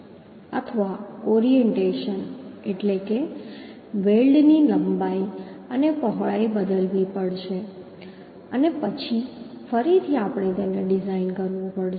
અથવા ઓરિએન્ટેશન એટલે વેલ્ડની લંબાઈ અને પહોળાઈ બદલવી પડશે અને પછી ફરીથી આપણે તેને ડિઝાઈન કરવું પડશે